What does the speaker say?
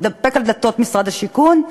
מתדפק על דלתות משרד השיכון,